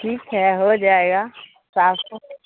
ٹھیک ہے ہو جائے گا صاف